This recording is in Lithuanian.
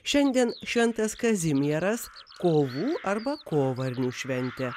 šiandien šventas kazimieras kovų arba kovarnių šventė